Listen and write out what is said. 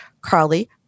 Carly